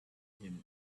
him